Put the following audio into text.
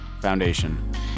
foundation